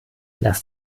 lass